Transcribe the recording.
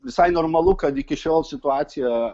visai normalu kad iki šiol situaciją